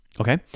Okay